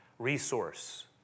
resource